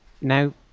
Now